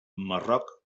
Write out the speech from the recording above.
marroc